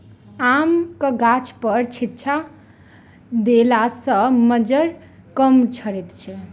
आमक गाछपर छिच्चा देला सॅ मज्जर कम झरैत छै